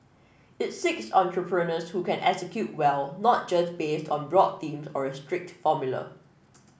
it seeks entrepreneurs who can execute well not just based on broad theme or a strict formula